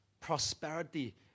prosperity